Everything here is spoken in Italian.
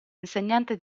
insegnante